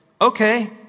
okay